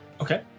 okay